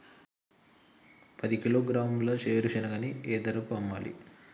పది కిలోగ్రాముల వేరుశనగని ఏ ధరకు అమ్మాలి?